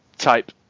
type